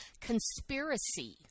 conspiracy